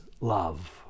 love